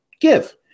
give